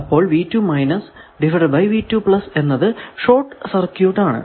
അപ്പോൾ എന്നത് ഷോർട് ആണ്